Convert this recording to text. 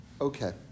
Okay